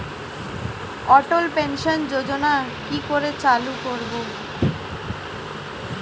অটল pension যোজনার কি করে চালু করব?